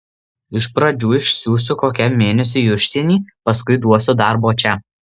iš pradžių išsiųsiu kokiam mėnesiui į užsienį paskui duosiu darbo čia